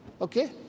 okay